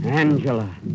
Angela